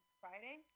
Friday